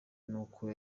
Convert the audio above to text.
n’uko